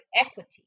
equity